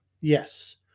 Yes